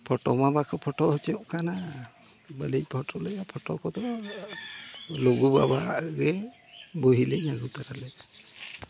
photo ᱢᱟ ᱵᱟᱠᱚ photo ᱦᱚᱪᱚᱜ ᱠᱟᱱᱟ ᱵᱟᱹᱞᱤᱧ ᱯᱷᱳᱴᱚ ᱞᱮᱜᱼᱟ ᱯᱷᱳᱴᱳ ᱠᱚᱫᱚ ᱞᱩᱜᱩ ᱵᱟᱵᱟᱣᱟᱜ ᱜᱮ ᱵᱳᱭ ᱞᱤᱧ ᱟᱹᱜᱩ ᱛᱟᱨᱟ ᱞᱮᱜᱼᱟ